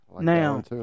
Now